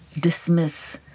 dismiss